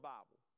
Bible